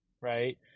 right